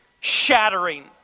shattering